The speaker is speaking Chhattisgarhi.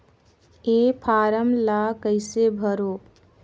ये फारम ला कइसे भरो?